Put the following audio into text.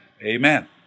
Amen